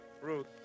Ruth